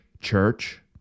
church